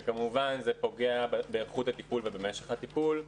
שכמובן זה פוגע באיכות הטיפול ובמשך הטיפול.